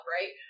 right